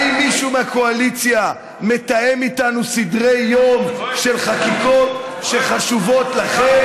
האם מישהו מהקואליציה מתאם איתנו סדרי-יום של חקיקות שחשובות לכם?